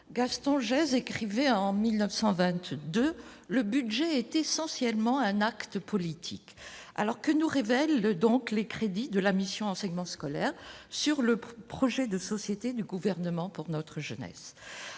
Gaston Jays, écrivait en 1922 le budget est essentiellement un acte politique, alors que nous révèle le donc les crédits de la mission enseignement scolaire sur le projet de société du gouvernement pour notre jeunesse,